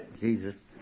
Jesus